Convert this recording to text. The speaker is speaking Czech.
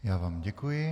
Já vám děkuji.